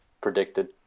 predicted